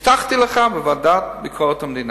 הבטחתי לך בוועדת ביקורת המדינה,